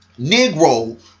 Negro